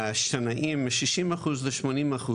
בשנאים בנגב מ-60% ל-80%.